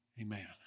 amen